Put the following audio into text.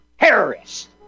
terrorists